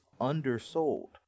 undersold